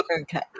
Okay